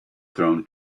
thrown